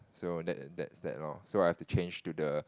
so that that's that lor so I have to change to the